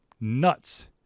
Nuts